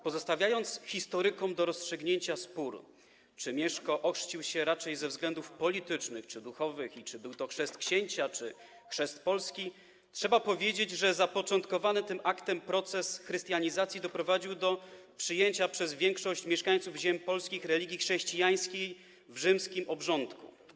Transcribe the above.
Pozostawiając historykom do rozstrzygnięcia spór, czy Mieszko ochrzcił się raczej ze względów politycznych niż duchowych i czy był to chrzest księcia, czy chrzest Polski, trzeba powiedzieć, że zapoczątkowany tym aktem proces chrystianizacji doprowadził do przyjęcia przez większość mieszkańców ziem polskich religii chrześcijańskiej w rzymskim obrządku.